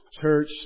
church